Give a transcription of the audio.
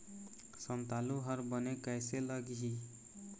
संतालु हर बने कैसे लागिही?